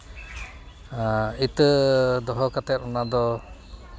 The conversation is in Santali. ᱤᱛᱟᱹ ᱫᱚᱦᱚ ᱠᱟᱛᱮᱫ ᱚᱱᱟᱫᱚ